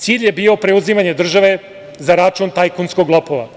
Cilj je bio preuzimanje države za račun tajkunskog lopova.